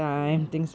ya